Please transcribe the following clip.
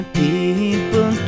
people